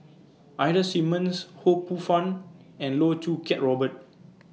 Ida Simmons Ho Poh Fun and Loh Choo Kiat Robert